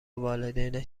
والدینش